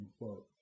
quote